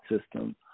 system